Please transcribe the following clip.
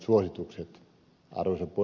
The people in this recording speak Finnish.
arvoisa puhemies